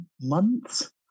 Months